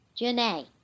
Janae